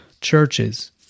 churches